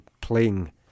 playing